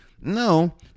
No